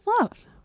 love